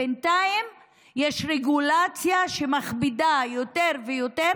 בינתיים יש רגולציה שמכבידה יותר ויותר